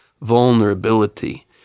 vulnerability